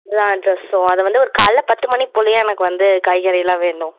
ஆ அது வந்து ஒரு காலைல பத்து மணி போலயே எனக்கு வந்து காய்கறி எல்லாம் வேணும்